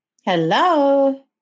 Hello